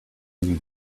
you